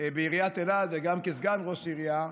בעיריית אילת, וגם כסגן ראש עירייה,